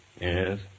Yes